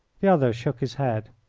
the other shook his head.